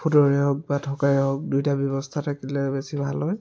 হোটেলেই হওক বা থকাই হওক দুয়োটা ব্যৱস্থা থাকিলে বেছি ভাল হয়